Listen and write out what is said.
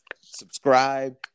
Subscribe